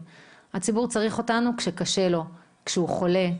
הציבור צריך אותנו כשקשה לו, כשהוא חולה,